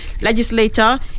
legislator